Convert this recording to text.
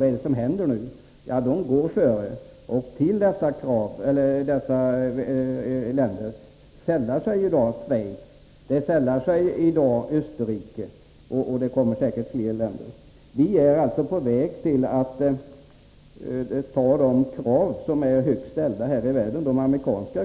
Vad är det som händer nu? Jo, de andra länderna går före och till dessa länder sällar sig i dag Schweiz och Österrike. Andra följer säkert efter. Vi är alltså på väg att ansluta oss till de högst ställda kraven i världen, nämligen de